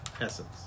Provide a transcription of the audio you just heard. essence